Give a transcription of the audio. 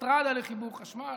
אוטוסטרדה לחיבור חשמל.